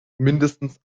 mindestens